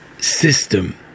system